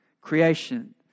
creation